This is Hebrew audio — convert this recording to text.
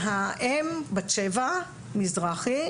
והאם בת שבע מזרחי,